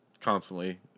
Constantly